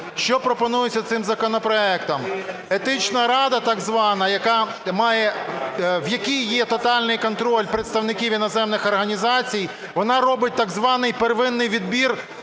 Що пропонується цим законопроектом? Етична рада так звана, в якій є тотальний контроль представників іноземних організацій, вона робить так званий первинний відбір